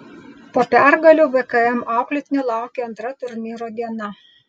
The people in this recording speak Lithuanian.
po pergalių vkm auklėtinių laukė antra turnyro diena